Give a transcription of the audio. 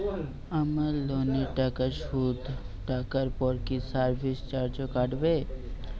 আমার লোনের টাকার সুদ কাটারপর কি সার্ভিস চার্জও কাটবে?